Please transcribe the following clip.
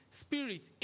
spirit